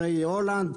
אחרי הולנד,